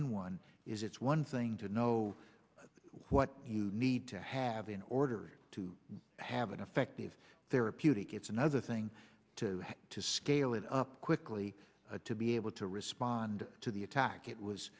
n one is it's one thing to know what you need to have in order to have an effective therapeutic it's another thing to scale it up quickly to be able to respond to the attack it was